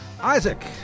Isaac